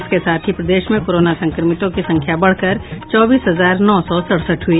इसके साथ ही प्रदेश में कोरोना संक्रमितों की संख्या बढ़कर चौबीस हजार नौ सौ सड़सठ हुई